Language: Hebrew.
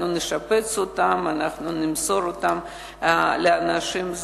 אנחנו נשפץ אותן ונמסור אותן לזכאים.